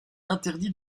interdit